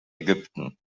ägypten